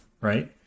right